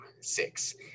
six